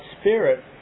spirit